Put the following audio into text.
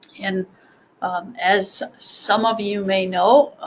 and as some of you may know,